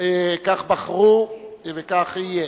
כך בחרו וכך יהיה.